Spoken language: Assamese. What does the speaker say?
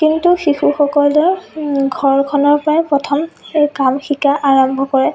কিন্তু শিশুসকলে ঘৰখনৰ পৰাই প্ৰথম এই কাম শিকা আৰম্ভ কৰে